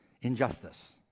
Injustice